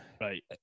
Right